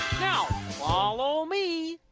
now, follow me.